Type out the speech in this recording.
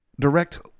direct